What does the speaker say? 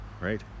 right